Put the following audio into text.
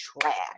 trash